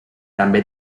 també